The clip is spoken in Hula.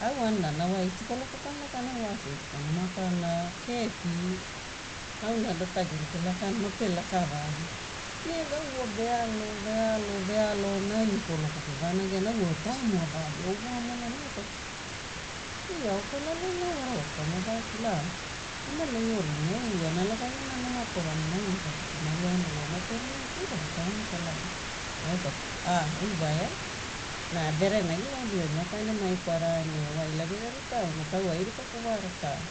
Au wanana wa eiti koloko pana laka ne au half- eight panama kwara na kepi auna daughter girl pelaka ne mape lakavagi. Nega au wa vealo, vealo, vealo naini koloko pevanagia na au wa taimu avaveovoamona ne au pakila, oi ao kala lelena au arawaku pama vakilaa, wamelo io rinia au ana laka gena numa kovaona. Ne au iavaku pemaluai ne au mape renagiku, oi wa rakau ono kala gena? Au pakila, a oi wa eau na verenagi wa aunilimalima ka ene mai kwara ne wa ila geria ripa auna pe au ai ripaku wa rakau,